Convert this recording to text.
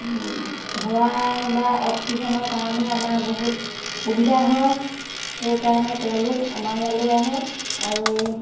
হাৱা বা অক্সিজেনৰ কাৰণেও আমাৰ বহুত সুবিধা হয় সেইকাৰণে তেওঁলোক আমাৰ ইয়ালৈ আহে আৰু এই